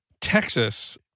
Texas